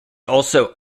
also